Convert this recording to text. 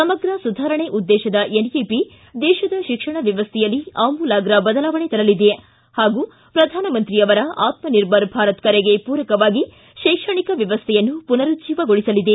ಸಮಗ್ರ ಸುಧಾರಣೆ ಉದ್ದೇಶದ ಎನ್ಇಪಿ ದೇಶದ ಶಿಕ್ಷಣ ವ್ಯವಸ್ಥೆಯಲ್ಲಿ ಆಮೂಲಾಗ್ರ ಬದಲಾವಣೆ ತರಲಿದೆ ಹಾಗೂ ಪ್ರಧಾನಮಂತ್ರಿ ಅವರ ಆತ್ಮ ನಿರ್ಭರ ಭಾರತ ಕರೆಗೆ ಪೂರಕವಾಗಿ ಶೈಕ್ಷಣಿಕ ವ್ಯವಸ್ಥೆಯನ್ನು ಪುನರುಜ್ಜೀವಗೊಳಸಲಿದೆ